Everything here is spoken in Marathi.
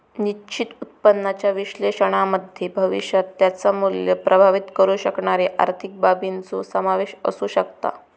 निश्चित उत्पन्नाच्या विश्लेषणामध्ये भविष्यात त्याचा मुल्य प्रभावीत करु शकणारे आर्थिक बाबींचो समावेश असु शकता